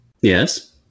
Yes